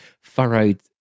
furrowed